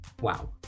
Wow